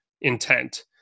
intent